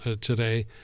today